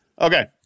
Okay